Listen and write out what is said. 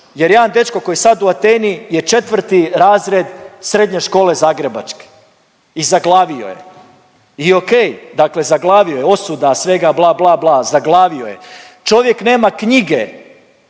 jer jedan dečko koji je sad u Ateni je četvrti razred srednje škole zagrebačke i zaglavio je. I o.k. dakle zaglavio je, osuda svega bla, bla, bla. Zaglavio je. Čovjek nema knjige,